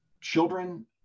children